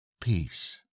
Peace